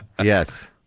Yes